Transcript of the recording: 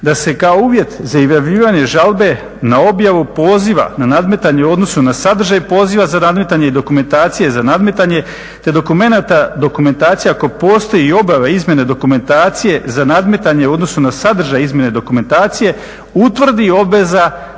da se kao uvjet za izjavljivanje žalbe na objavu poziva na nadmetanje u odnosu na sadržaj poziva za nadmetanje i dokumentacije te dokumentacija ako postoji i …/Govornik se ne razumije./… izmjene dokumentacije za nadmetanje u odnosu na sadržaj izmjene dokumentacije utvrdi obveza